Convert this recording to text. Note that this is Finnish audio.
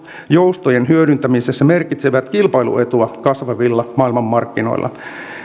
joustojen hyödyntämisessä merkitsevät kilpailuetua kasvavilla maailmanmarkkinoilla